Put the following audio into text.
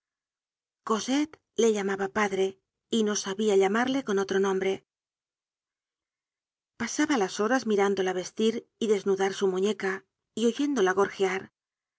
cosette le llamaba padre y no sabia llamarle con otro nombre pasaba las horas mirándola vestir y desnudar su muñeca y oyén dola